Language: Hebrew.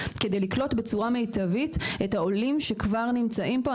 כדי לקלוט בצורה מיטבית את העולים שכבר נמצאים פה,